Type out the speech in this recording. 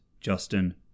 Justin